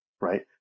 right